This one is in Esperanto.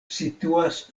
situas